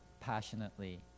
passionately